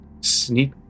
sneak